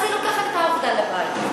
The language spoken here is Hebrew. אז היא לוקחת את העבודה הביתה.